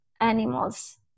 animals